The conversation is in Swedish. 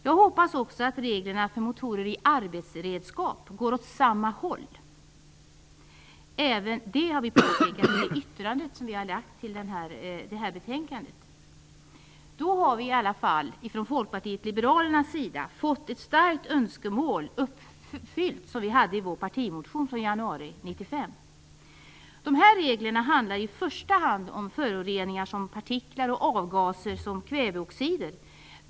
Jag hoppas också att reglerna för motorer i arbetsredskap går åt samma håll. Även detta har vi påpekat i det yttrande som vi har avgett till betänkandet. Då har vi från Folkpartiet liberalerna i alla fall fått ett starkt önskemål uppfyllt, ett önskemål som vi hade i vår partimotion från januari 1995. Dessa regler handlar i första hand om föroreningar såsom partiklar och avgaser såsom kväveoxider.